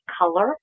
color